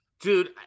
Dude